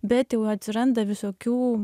bet jau atsiranda visokių